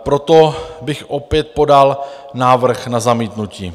Proto bych opět podal návrh na zamítnutí.